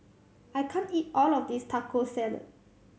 I can't eat all of this Taco Salad